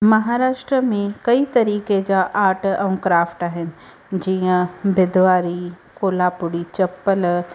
महाराष्ट्र में कई तरीके जा आर्ट ऐं क्राफ़्ट आहिनि जीअं बिदवारी कोलापुरी चपल